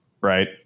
Right